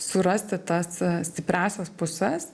surasti tas stipriąsias puses